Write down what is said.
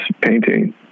painting